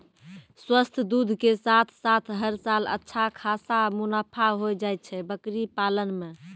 स्वस्थ दूध के साथॅ साथॅ हर साल अच्छा खासा मुनाफा होय जाय छै बकरी पालन मॅ